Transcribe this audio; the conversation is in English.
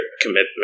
commitment